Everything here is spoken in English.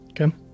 Okay